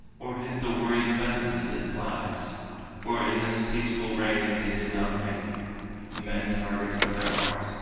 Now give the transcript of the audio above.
or hit the whirring pheasant as it flies for in this peaceful reign they did not make men targets for their art,